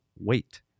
wait